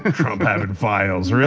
ah trump having files? really.